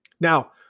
Now